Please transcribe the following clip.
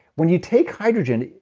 when you take hydrogen,